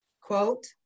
quote